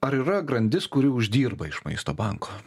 ar yra grandis kuri uždirba iš maisto banko